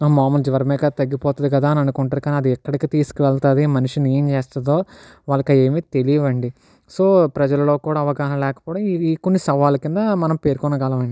ఆ మాములు జ్వరమే కదా తగ్గిపోతుంది కదా అనుకుంటారు కానీ అది ఎక్కడికి తీసుకు వెళుతుంది మనిషిని ఏం చేస్తుంది వాళ్ళకు అవి ఏమి తెలివండీ సో ప్రజల్లో కూడా అవగాహన లేకపోవడం ఇది కొన్ని సవాళ్ళ కింద మనం పేర్కొనగలమండీ